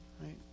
right